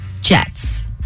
Jets